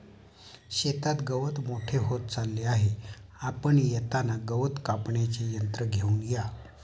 शेतात गवत मोठे होत चालले आहे, आपण येताना गवत कापण्याचे यंत्र घेऊन या